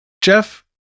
jeff